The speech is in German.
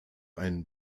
ein